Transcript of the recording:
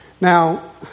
Now